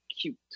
cute